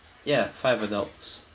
ya five adults